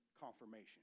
confirmation